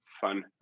fun